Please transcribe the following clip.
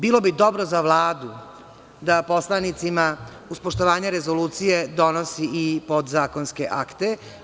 Bilo bi dobro za Vladu da poslanicima, uz poštovanje Rezolucije, donosi i podzakonske akte.